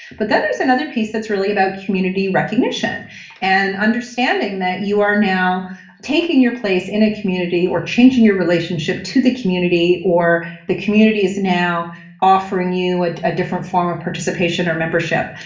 but then there's another piece that's really about community recognition and understanding that you are now taking your place in a community or changing your relationship to the community or the community is now offering you a different form of participation or membership,